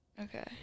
Okay